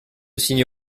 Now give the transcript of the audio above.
signer